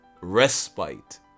respite